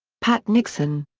pat nixon.